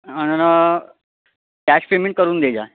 आणि cash payment करून दे